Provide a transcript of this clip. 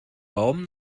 baum